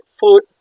food